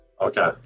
Okay